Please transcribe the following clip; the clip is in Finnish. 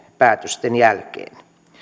päätösten jälkeen